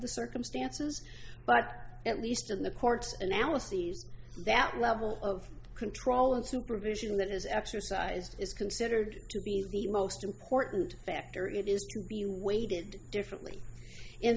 the circumstances but at least in the court analyses that level of control and supervision that is exercised is considered to be the most important factor it is you weighted differently in